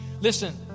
listen